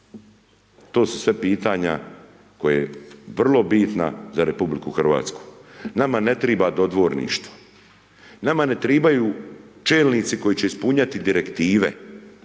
To su sve pitanja koje vrlo bina za Republiku Hrvatsku. Nama ne treba dodvorništvo, nama ne tribaju čelnici koji će ispunjati direktive,